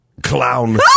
Clown